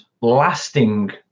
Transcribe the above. lasting